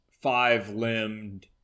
five-limbed